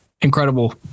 incredible